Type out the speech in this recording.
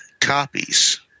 copies